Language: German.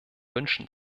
wünschen